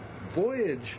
voyage